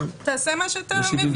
תעשה מה שאתה מבין.